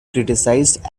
criticized